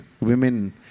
women